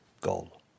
goal